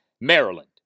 Maryland